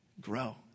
grow